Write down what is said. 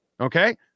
Okay